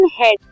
head